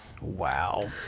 wow